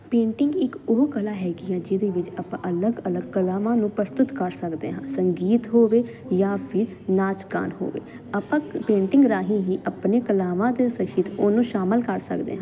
painting ਇੱਕ ਉਹ ਕਲਾ ਹੈਗੀ ਆ ਜਿਹਦੇ ਵਿੱਚ ਆਪਾਂ ਅਲੱਗ ਅਲੱਗ ਕਲਾਵਾਂ ਨੂੰ ਪ੍ਰਸਤੁਤ ਕਰ ਸਕਦੇ ਹਾਂ ਸੰਗੀਤ ਹੋਵੇ ਜਾਂ ਫਿਰ ਨਾਚ ਗਾਨ ਹੋਵੇ ਆਪਾਂ ਪੇਂਟਿੰਗ ਰਾਹੀਂ ਹੀ ਆਪਣੇ ਕਲਾਵਾਂ ਦੇ ਸਹਿਤ ਉਹਨੂੰ ਸ਼ਾਮਿਲ ਕਰ ਸਕਦੇ ਹਾਂ